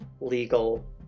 legal